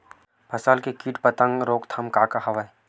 फसल के कीट पतंग के रोकथाम का का हवय?